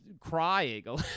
crying